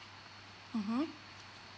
mmhmm